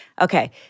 Okay